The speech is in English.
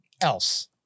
else